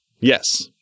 Yes